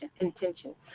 intention